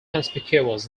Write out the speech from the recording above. conspicuous